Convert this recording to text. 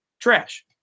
trash